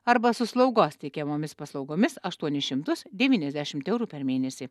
arba su slaugos teikiamomis paslaugomis aštuonis šimtus devyniasdešimt eurų per mėnesį